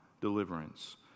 deliverance